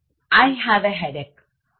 I have a headache